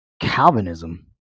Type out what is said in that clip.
Calvinism